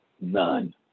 None